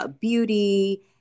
beauty